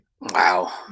wow